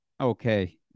Okay